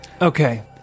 Okay